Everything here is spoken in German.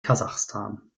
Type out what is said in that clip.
kasachstan